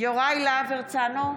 יוראי להב הרצנו,